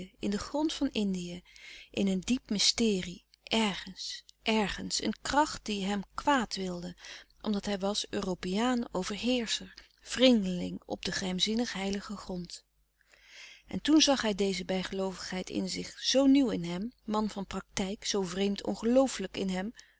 in den grond van indië in een diep mysterie ergens ergens een kracht die hem kwaad wilde omdat hij was europeaan overheerscher vreemdeling op den geheimzinnig heiligen grond en toen hij zag deze bijgeloovigheid in zich zoo nieuw in hem man van praktijk zoo vreemd ongelooflijk in hem